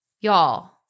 Y'all